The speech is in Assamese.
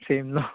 চেইম ন